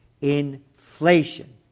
Inflation